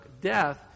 Death